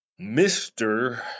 Mr